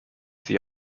sie